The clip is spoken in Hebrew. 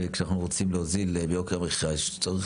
וכשאנחנו רוצים להוזיל ביוקר המחיה צריך